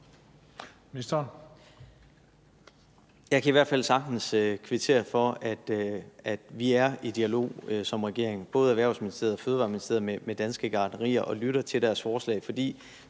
Jeg kan i hvert fald sagtens kvittere for, at vi er i dialog som regering, både Erhvervsministeriet og Miljø- og Fødevareministeriet, med Dansk Gartneri og lytter til deres forslag, fordi